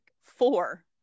four